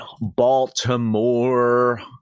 Baltimore